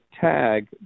tag